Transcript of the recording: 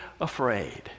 afraid